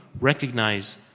Recognize